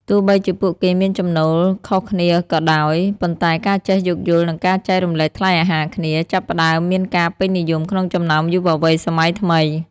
ទោះបីជាពួកគេមានចំណូលខុសគ្នាក៏ដោយ ប៉ុន្តែការចេះយោគយល់ និងការចែករំលែកថ្លៃអាហារគ្នា ចាប់ផ្តើមមានការពេញនិយមក្នុងចំណោមយុវវ័យសម័យថ្មី។